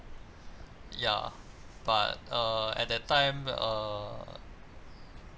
yeah but uh at that time err